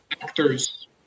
actors